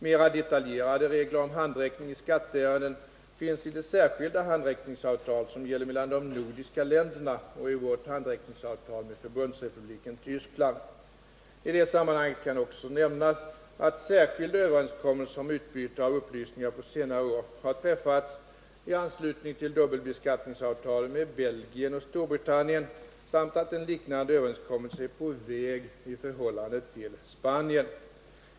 Mera detaljerade regler om handräckning i skatteärenden finns i det särskilda handräckningsavtal som gäller mellan de nordiska länderna och i vårt handräckningsavtal med Förbundsrepubliken Tyskland. I detta sammanhang kan också nämnas att särskilda överenskommelser om utbyte av upplysningar på senare år har träffats i anslutning till dubbelbeskattningsavtalen med Belgien och Storbritannien samt att en liknande överenskommelse är på väg i förhållande till Spanien.